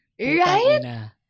Right